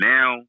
Now